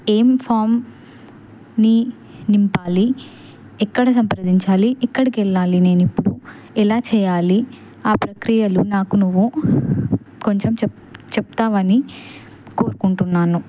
ఏం ఫామ్ని నింపాలి ఎక్కడ సంప్రదించాలి ఎక్కడికి వెళ్ళాలి నేను ఇప్పుడు ఎలా చేయాలి ఆ ప్రక్రియలు నాకు నువ్వు కొంచెం చెప్తావని కోరుకుంటున్నాను